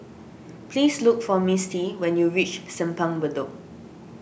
please look for Misti when you reach Simpang Bedok